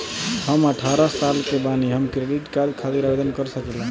हम अठारह साल के बानी हम क्रेडिट कार्ड खातिर आवेदन कर सकीला?